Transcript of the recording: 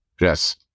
Yes